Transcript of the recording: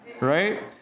right